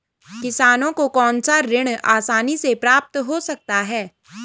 किसानों को कौनसा ऋण आसानी से प्राप्त हो सकता है?